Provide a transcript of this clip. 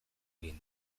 egin